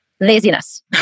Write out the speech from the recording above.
Laziness